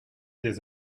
des